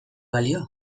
balio